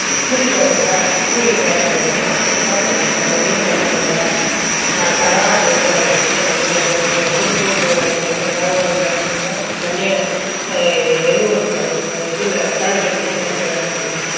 கூலிக்காரங்க கூலி வேலை செய்கிறோம் என்னப் பண்ணுறது நாங்கள் ஒன்றும் பண்ண முடியல நான் கடன் வாங்கி இதாகிப்போச்சு நம்ம எங்கள் திருப்பூர் போய் வேலை செஞ்சேன் பெங்க்ளூரில் வேலை செஞ்சேன் சென்னையில் எண்ணூரில் இதில் கரண்ட் மின்சாரத்தில் வேலை செஞ்சேன்